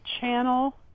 channel